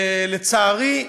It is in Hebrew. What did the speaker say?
לצערי,